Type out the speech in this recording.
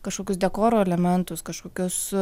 kažkokius dekoro elementus kažkokius